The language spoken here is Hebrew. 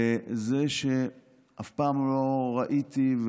וזה שאף פעם לא ראיתי,